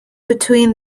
between